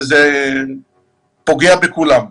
וזה פוגע בכולם.